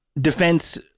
defense